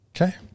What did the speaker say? okay